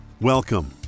Welcome